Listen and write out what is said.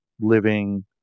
living